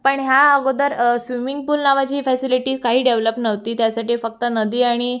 पण ह्या अगोदर स्विमिंग पूल नावाची ही फॅसिलिटी काही डेव्हलप नव्हती त्यासाठी फक्त नदी आणि